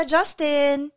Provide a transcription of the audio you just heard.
Justin